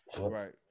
Right